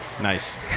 nice